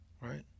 right